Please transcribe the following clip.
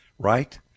Right